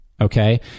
Okay